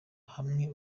hamwe